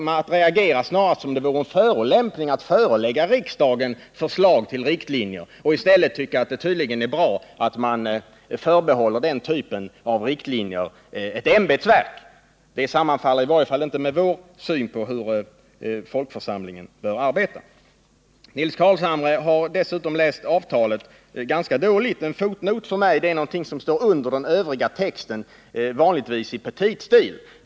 Man reagerar snarast som om det vore en förolämpning att förelägga riksdagen förslag till riktlinjer. Man tycker tydligen att det är bra att den typen av riktlinjer förbehålles ett ämbetsverk. Det sammanfaller i varje fall inte med vår syn på hur folkförsamlingen bör arbeta. Nils Carlshamre har dessutom läst avtalet ganska dåligt. En fotnot är för mig någonting som står under den övriga texten, vanligtvis i petitstil.